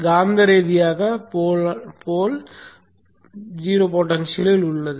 காந்த ரீதியாக போல்இல் 0 பொடென்ஷியல் உள்ளது